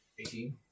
18